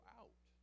out